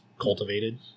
cultivated